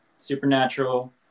Supernatural